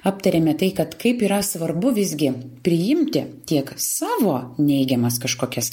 aptarėme tai kad kaip yra svarbu visgi priimti tiek savo neigiamas kažkokias